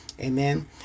Amen